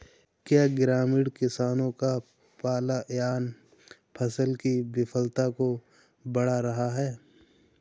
क्या ग्रामीण किसानों का पलायन फसल की विफलता को बढ़ा रहा है?